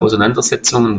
auseinandersetzungen